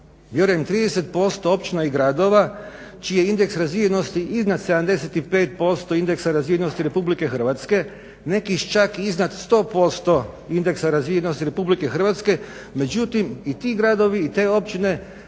vjerujem 30% općina i gradova čiji je indeks razvijenosti iznad 75% indeksa razvijenosti Republike Hrvatske, neki čak iznad 100% indeksa razvijenosti Republike Hrvatske, međutim i ti gradovi i te općine